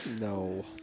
No